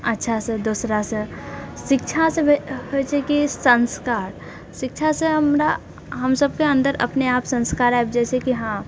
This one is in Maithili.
अच्छासँ दोसरासे शिक्षासे होइछै कि सन्स्कार शिक्षासे हमरा हमसबके अन्दर अपनेआप सन्स्कार आबि जाइछेै कि हँ